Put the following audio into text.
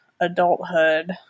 adulthood